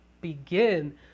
begin